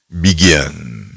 begin